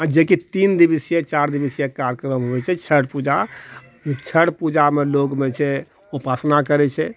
आओर जेकि तीन दिवसीय चारि दिवसीय कार्यक्रम होइ छै छठ पूजा छठ पूजामे लोकमे छै उपासना करै छै